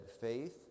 faith